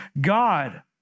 God